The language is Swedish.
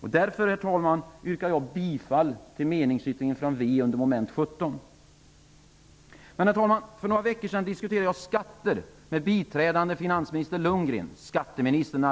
Därför, herr talman, yrkar jag bifall till meningsyttringen från Vänsterpartiet under mom. 17. Herr talman! För några veckor sedan diskuterade jag skatter med biträdande finansminister Lundgren, allmänt kallad skatteministern.